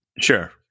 Sure